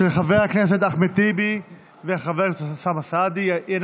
של חבר הכנסת אחמד טיבי וחבר הכנסת אוסאמה סעדי.